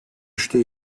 üçte